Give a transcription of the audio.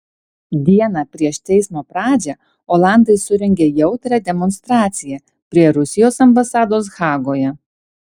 dieną prieš teismo pradžią olandai surengė jautrią demonstraciją prie rusijos ambasados hagoje